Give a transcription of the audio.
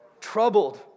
troubled